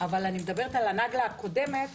אבל אני מדברת על הנגלה הקודמת